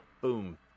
boom